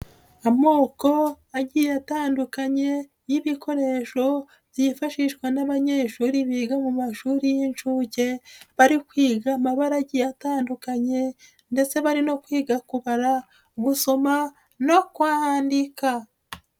Amoko agiye atandukanye y'ibikoresho byifashishwa n'abanyeshuri biga mu mashuri y'inshuke bari kwiga amabara agiye atandukanye ndetse bari no kwiga kubara gusoma no kwandika.